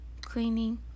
cleaning